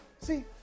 See